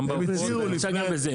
גם בעופות וגם בזה,